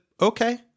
okay